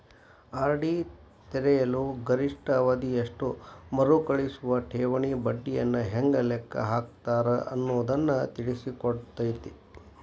RD ತೆರೆಯಲು ಗರಿಷ್ಠ ಅವಧಿ ಎಷ್ಟು ಮರುಕಳಿಸುವ ಠೇವಣಿ ಬಡ್ಡಿಯನ್ನ ಹೆಂಗ ಲೆಕ್ಕ ಹಾಕ್ತಾರ ಅನ್ನುದನ್ನ ತಿಳಿಸಿಕೊಡ್ತತಿ